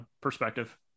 perspective